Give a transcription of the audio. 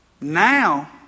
Now